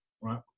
right